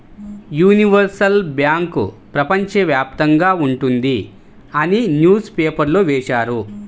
universal bank ప్రపంచ వ్యాప్తంగా ఉంటుంది అని న్యూస్ పేపర్లో వేశారు